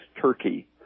turkey